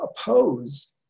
oppose